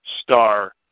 star